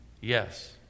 Yes